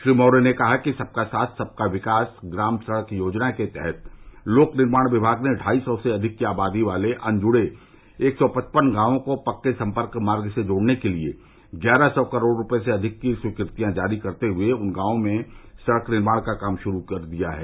श्री मौर्य ने कहा कि सबका साथ सबका विकास ग्राम सड़क योजना के तहत लोक निर्माण विमाग ने ढाई सौ से अधिक की आबादी वाले अनजुड़े एक सौ पचपन गांवों को पक्के सम्पर्क मार्ग से जोड़ने के लिए ग्यारह सौ करोड से अधिक की स्वीकृतियां जारी करते हए उन गांवों में सडक निर्माण का काम शुरू कर दिया है